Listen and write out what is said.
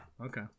okay